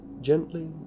Gently